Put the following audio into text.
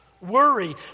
Worry